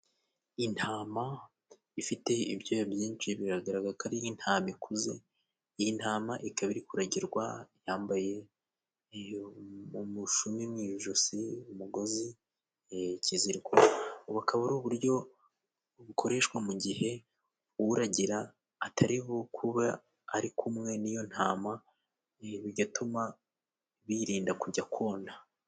Intama ifite ibyoya byinshi biragaragarako ari intama ikuze, iyi ntama ikaba iri kuragirwa yambaye umushumi mu ijosi, umugozi ,ikiziriko ubu akaba ari uburyo bukoreshwa mu gihe uragira atariho kuba ari kumwe n'iyo ntama ibi bigatuma biyirinda kujya kona.